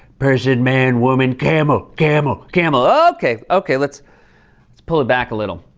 person, man, woman, camel, camel, camel. okay! okay. let's let's pull it back a little.